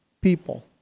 people